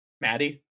Maddie